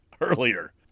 earlier